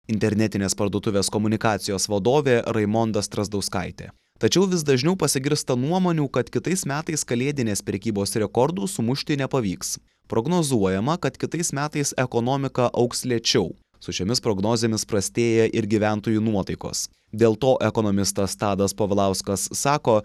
internetinės parduotuvės komunikacijos vadovė raimonda strazdauskaitė tačiau vis dažniau pasigirsta nuomonių kad kitais metais kalėdinės prekybos rekordų sumušti nepavyks prognozuojama kad kitais metais ekonomika augs lėčiau su šiomis prognozėmis prastėja ir gyventojų nuotaikos dėl to ekonomistas tadas povilauskas sako